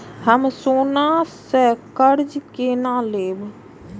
हम सोना से कर्जा केना लैब?